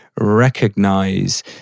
recognize